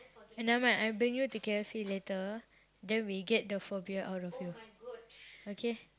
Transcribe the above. eh never mind I bring you to K_F_C later then we get the phobia out of you okay